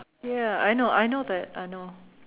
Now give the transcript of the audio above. ya I know I know that I know